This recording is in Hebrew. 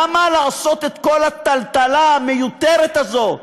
למה לעשות את כל הטלטלה המיותרת הזאת?